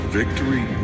victory